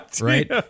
Right